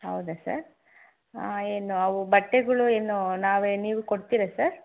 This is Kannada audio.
ಹೌದಾ ಸರ್ ಏನು ಅವು ಬಟ್ಟೆಗಳು ಏನು ನಾವೇ ನೀವು ಕೊಡ್ತೀರ ಸರ್